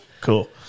Cool